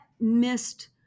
missed